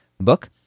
book